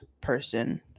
person